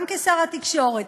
גם כשר התקשורת,